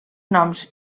noms